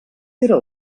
era